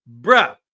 Bruh